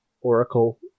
Oracle